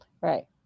Right